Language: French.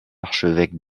archevêque